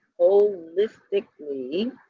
holistically